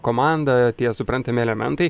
komanda tie suprantami elementai